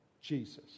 Jesus